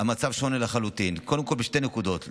המצב שונה לחלוטין, קודם כול בשתי נקודות.